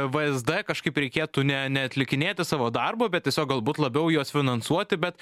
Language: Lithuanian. vsd kažkaip reikėtų ne neatlikinėti savo darbo bet tiesiog galbūt labiau juos finansuoti bet